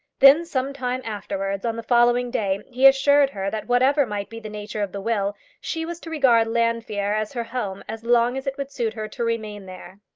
then some time afterwards, on the following day, he assured her that whatever might be the nature of the will, she was to regard llanfeare as her home as long as it would suit her to remain there.